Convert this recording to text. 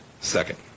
Second